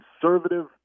conservative